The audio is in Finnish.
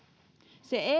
se ei